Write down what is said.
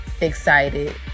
excited